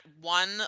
one